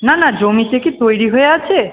না না জমিতে কি তৈরি হয়ে আছে